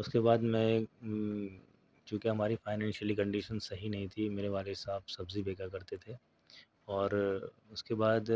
اس کے بعد میں چونکہ ہماری فائننشیلی کنڈیشن صحیح نہیں تھی میرے والد صاحب سبزی بیچا کرتے تھے اور اس کے بعد